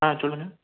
ஆ சொல்லுங்கள்